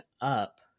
up